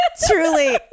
Truly